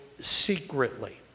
secretly